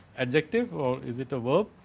adjective um is it a verb.